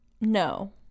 No